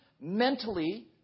mentally